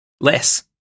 less